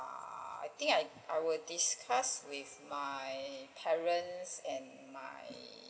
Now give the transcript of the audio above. ah I think I I will discuss with my parents and my